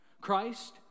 Christ